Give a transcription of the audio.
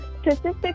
statistics